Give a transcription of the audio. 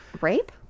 Rape